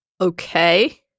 Okay